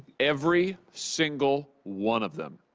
every single one of them,